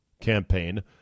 campaign